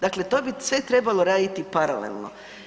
Dakle, to bi sve trebalo radit paralelno.